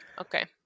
Okay